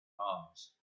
mars